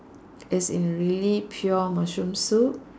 as in really pure mushroom soup